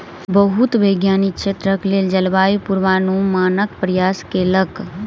बहुत वैज्ञानिक क्षेत्रक लेल जलवायु पूर्वानुमानक प्रयास कयलक